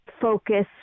focus